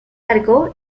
arco